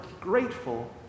grateful